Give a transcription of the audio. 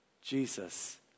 Jesus